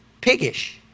piggish